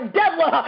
devil